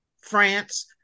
France